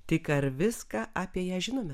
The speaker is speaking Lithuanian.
tik ar viską apie ją žinome